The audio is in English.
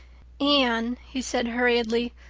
anne, he said hurriedly,